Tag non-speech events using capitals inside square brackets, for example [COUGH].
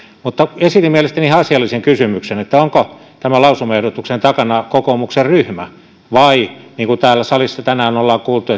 löytyvät esitin mielestäni ihan asiallisen kysymyksen onko tämän lausumaehdotuksen takana kokoomuksen ryhmä niin kuin täällä salissa tänään ollaan kuultu [UNINTELLIGIBLE]